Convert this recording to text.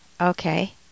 Okay